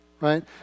right